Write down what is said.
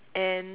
and